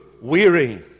weary